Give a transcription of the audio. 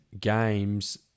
games